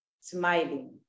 smiling